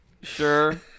Sure